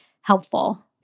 helpful